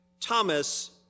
Thomas